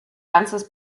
ganzes